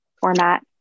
format